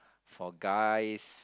for guys